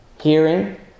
Hearing